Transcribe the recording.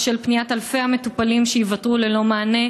בשל פניית אלפי המטופלים שייוותרו ללא מענה,